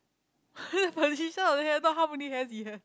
know how many hairs he has